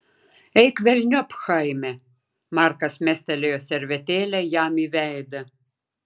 eik velniop chaime markas mestelėjo servetėlę jam į veidą